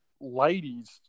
ladies